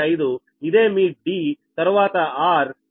5 ఇదే మీ d తరువాత r 0